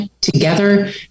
together